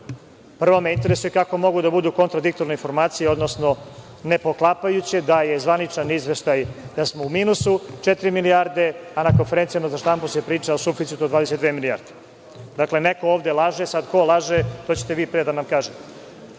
me interesuje, kako mogu da budu kontradiktorne informacije, odnosno ne poklapajuće da je zvaničan izveštaj da smo u minusu četiri milijarde, a na konferencijama za štampu se priča o suficitu od 22 milijarde? Dakle, neko ovde laže. Sada ko laže, to će te vi pre da nam kažete. Takođe,